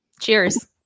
Cheers